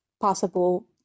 possible